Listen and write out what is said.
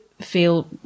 feel